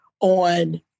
On